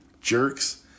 jerks